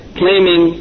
claiming